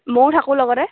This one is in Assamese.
ময়ো থাকোঁ লগতে